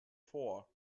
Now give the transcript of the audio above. vor